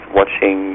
watching